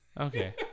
Okay